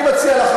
אני מציע לך,